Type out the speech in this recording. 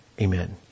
Amen